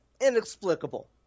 inexplicable